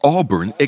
Auburn